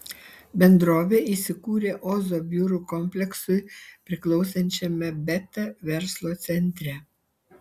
bendrovė įsikūrė ozo biurų kompleksui priklausančiame beta verslo centre